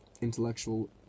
intellectual